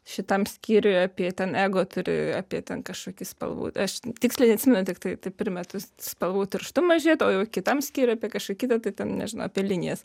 šitam skyriuj apie ten ego turi apie ten kažkokį spalvų aš tiksliai neatsimenu tiktai tai primetu spalvų tirštumą žiūrėt o jau kitam skyriuj apie kažkokį kitą tai ten nežinau apie linijas